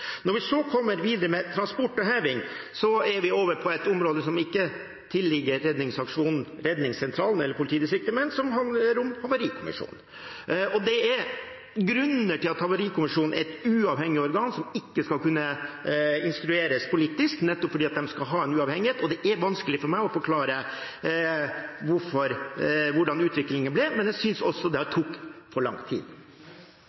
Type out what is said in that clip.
Når vi så kommer videre til transport og heving, er vi over på et område som ikke tilligger redningssentralen eller politidistriktet, men som handler om Havarikommisjonen. Havarikommisjonen er et uavhengig organ som ikke skal kunne instrueres politisk, nettopp fordi de skal være uavhengig, og det er vanskelig for meg å forklare hvordan utviklingen ble, men jeg synes også det tok for lang tid. Ein ting er